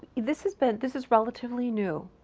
this has been, this is relatively new,